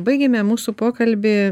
baigėme mūsų pokalbį